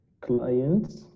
clients